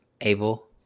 able